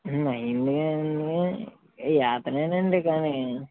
అయ్యిందికాని అండి యాతనేనండి కాని